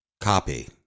Copy